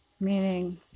Meaning